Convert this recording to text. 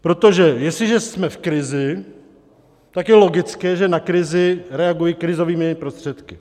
Protože jestliže jsme v krizi, tak je logické, že na krizi reaguji krizovými prostředky.